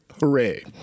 hooray